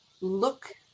look